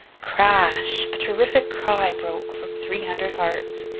crash! a terrific cry broke from three hundred hearts.